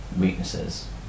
weaknesses